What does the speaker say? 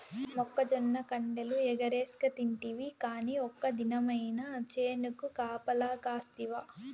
మొక్కజొన్న కండెలు ఎగరేస్కతింటివి కానీ ఒక్క దినమైన చేనుకు కాపలగాస్తివా